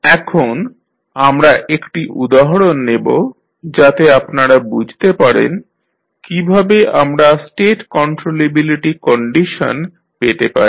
এখন আমরা একটি উদাহরণ নেব যাতে আপনারা বুঝতে পারেন কীভাবে আমরা স্টেট কন্ট্রোলেবিলিটি কন্ডিশন পেতে পারি